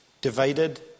Divided